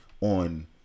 on